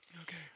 Okay